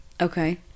Okay